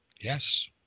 yes